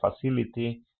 facility